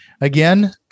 again